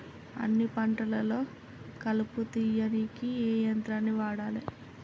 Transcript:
అన్ని పంటలలో కలుపు తీయనీకి ఏ యంత్రాన్ని వాడాలే?